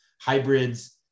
hybrids